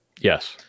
Yes